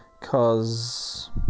cause